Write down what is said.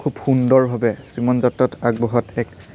খুব সুন্দৰভাৱে জীৱন যাত্ৰাত আগবঢ়াত এক